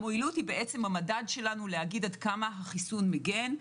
המועילות היא המדד שלנו לומר עד כמה החיסון מגן,